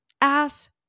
ass